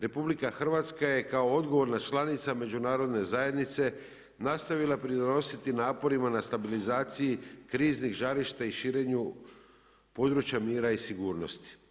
RH je kao odgovorna članica Međunarodne zajednice nastavila pridonositi naporima na stabilizaciji kriznih žarišta i širenju područja mira i sigurnosti.